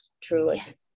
truly